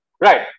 Right